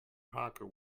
honker